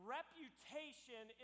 Reputation